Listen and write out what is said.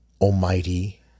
Almighty